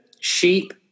sheep